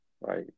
Right